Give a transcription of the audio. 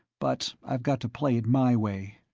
but i've got to play it my way.